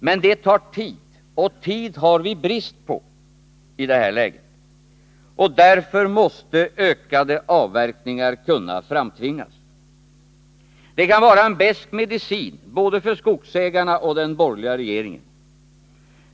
Men det tar tid, och tid har vi brist på i det här läget. Därför måste ökade avverkningar kunna framtvingas. Det kan vara en besk medicin både för skogsägarna och för den borgerliga regeringen.